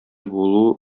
булу